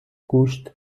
گوشت